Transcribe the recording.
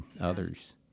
others